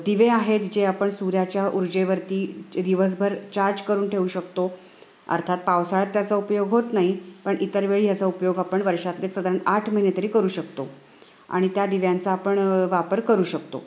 दिवे आहेत जे आपण सूर्याच्या ऊर्जेवरती दिवसभर चार्ज करून ठेवू शकतो अर्थात पावसाळ्यात त्याचा उपयोग होत नाही पण इतर वेळी याचा उपयोग आपण वर्षातले साधारण आठ महिने तरी करू शकतो आणि त्या दिव्यांचा आपण वापर करू शकतो